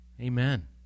Amen